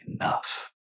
enough